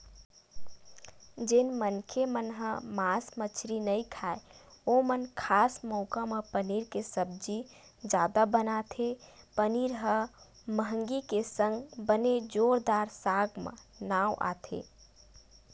जेन मनखे मन ह मांस मछरी नइ खाय ओमन खास मउका म पनीर के सब्जी जादा बनाथे पनीर ह मंहगी के संग बने जोरदार साग म नांव आथे